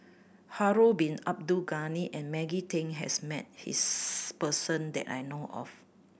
Harun Bin Abdul Ghani and Maggie Teng has met this person that I know of